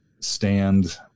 stand